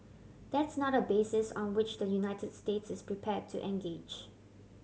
that's not a basis on which the United States is prepare to engage